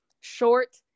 short